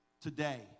today